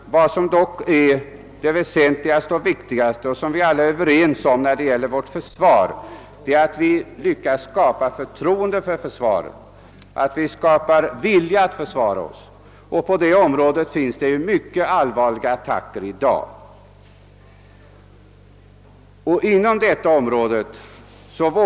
Vad som är det väsentligaste och som vi alla är överens om när det gäller försvaret är att vi lyckas skapa förtroende för försvaret, att vi skapar vilja att försvara oss. Inom det området görs det mycket allvarliga attacker i dag från vissa grupper i vårt samhälle.